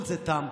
כל זה תם.